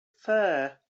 fare